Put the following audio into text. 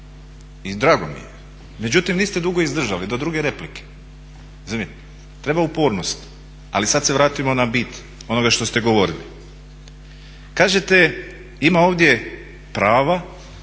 i drago mi je. Međutim niste dugo izdržali do druge replike razumijete, treba upornost. Ali sada se vratimo na bit onoga što ste govorili. Kažete ima ovdje prava